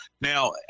now